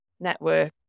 network